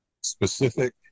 specific